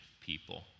people